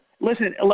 listen